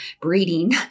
breeding